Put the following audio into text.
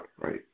right